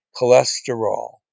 cholesterol